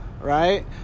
right